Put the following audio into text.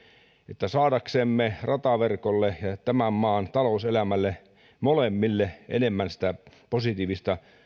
että saadaksemme rataverkolle ja tämän maan talouselämälle molemmille enemmän sitä positiivista